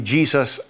Jesus